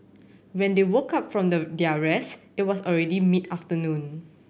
when they woke up from the their rest it was already mid afternoon